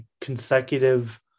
consecutive